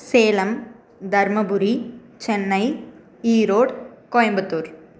Salem Dharmapuri Chennai Erode Coimbatore